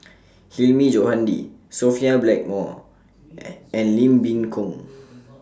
Hilmi Johandi Sophia Blackmore and Lim Boon Keng